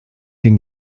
bin